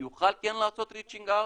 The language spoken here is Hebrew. יוכל כן לעשות ריצ'ינג אאוט?